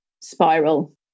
spiral